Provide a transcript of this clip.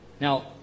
Now